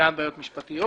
חלקן בעיות משפטיות: